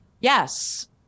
Yes